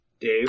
Dave